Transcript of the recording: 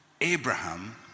Abraham